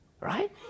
Right